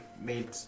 made